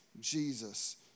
Jesus